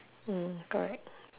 mm correct